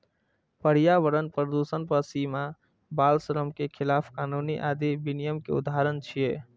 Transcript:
पर्यावरण प्रदूषण पर सीमा, बाल श्रम के खिलाफ कानून आदि विनियम के उदाहरण छियै